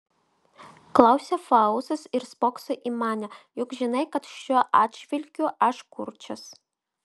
klausia faustas ir spokso į mane juk žinai kad šiuo atžvilgiu aš kurčias